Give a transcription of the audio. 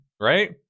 right